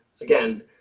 again